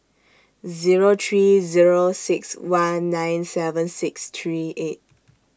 Zero three Zero six one nine seven six three eight